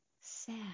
sad